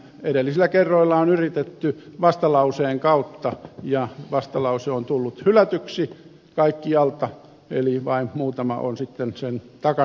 edellisillä kerroilla on yritetty vastalauseen kautta ja vastalause on tullut hylätyksi kaikkialta eli vain muutama on sitten sen takana ollut